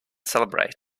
celebrate